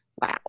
Wow